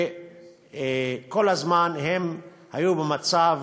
וכל הזמן הם היו במצב